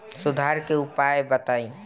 सुधार के उपाय बताई?